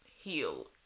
healed